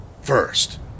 First